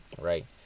right